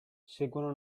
seguono